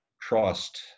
trust